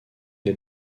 les